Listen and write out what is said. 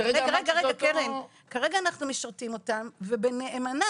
הרגע אמרת שזה אותו -- כרגע אנחנו משרתים אותם ובנאמנה.